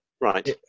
right